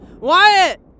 Wyatt